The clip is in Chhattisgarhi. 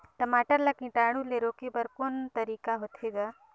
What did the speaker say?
टमाटर ला कीटाणु ले रोके बर को तरीका होथे ग?